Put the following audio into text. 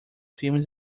filmes